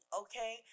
okay